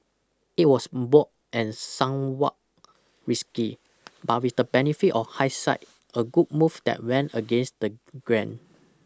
it was bold and somewhat risky but with the benefit of hindsight a good move that went against the grain